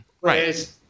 right